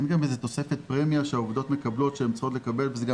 ואין תוספת פרמיה שהעובדות צריכות לקבל וגם